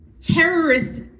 terrorist